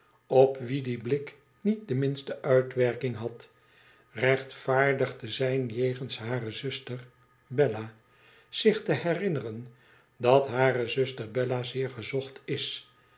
op wie die blik niet de minste uitwerking had rechtvaardig te zijn jegens hare zuster bella zich te berinneren dat hare zuster bella zeer gezocht is